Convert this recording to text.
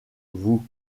vous